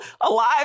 alive